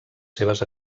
seves